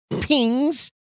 pings